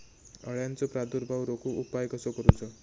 अळ्यांचो प्रादुर्भाव रोखुक उपाय कसो करूचो?